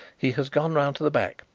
he has gone round to the back.